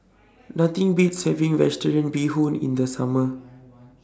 Nothing Beats having Vegetarian Bee Hoon in The Summer